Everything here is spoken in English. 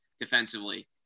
defensively